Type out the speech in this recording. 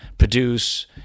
produce